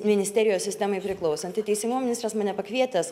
ministerijos sistemai priklausanti teisingumo ministras mane pakvietęs